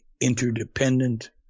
interdependent